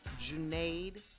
Junaid